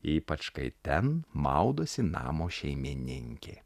ypač kai ten maudosi namo šeimininkė